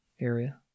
area